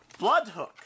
Bloodhook